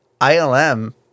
ILM